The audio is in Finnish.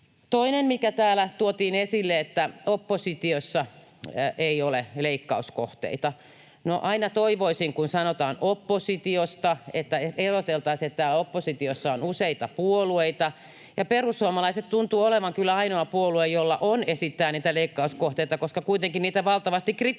Toinen, mikä täällä tuotiin esille, on, että oppositiossa ei ole leikkauskohteita. No, aina toivoisin, kun puhutaan oppositiosta, että erotettaisiin, että täällä oppositiossa on useita puolueita. Ja perussuomalaiset tuntuvat olevan kyllä ainoa puolue, jolla on esittää niitä leikkauskohteita. Kuitenkin niitä valtavasti kritisoidaan